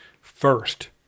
first